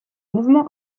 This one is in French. mouvements